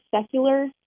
secular